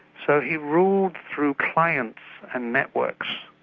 so he ruled through clients and networks,